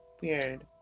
Weird